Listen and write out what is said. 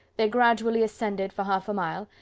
they gradually ascended for half-a-mile,